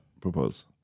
propose